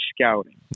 scouting